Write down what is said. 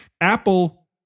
Apple